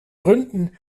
gründen